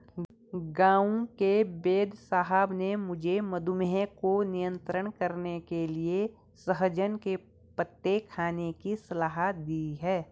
गांव के वेदसाहब ने मुझे मधुमेह को नियंत्रण करने के लिए सहजन के पत्ते खाने की सलाह दी है